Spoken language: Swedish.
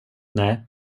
nej